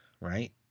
right